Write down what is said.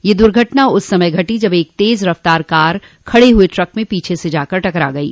यह दुर्घटना उस समय घटी जब एक तेज रफ्तार कार खड़े हुए ट्रक में पीछे से जाकर टकरा गयी